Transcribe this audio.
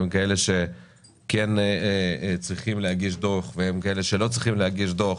הן כאלה שכן צריכים להגיש דוח והן כאלה שלא צריכים להגיש דוח,